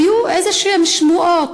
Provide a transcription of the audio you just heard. היו איזשהן שמועות,